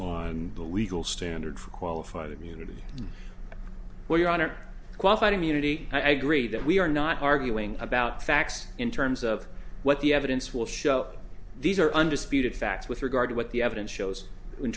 on the legal standard for qualify the munity well your honor qualified immunity and i agree that we are not arguing about facts in terms of what the evidence will show these are undisputed facts with regard to what the evidence shows in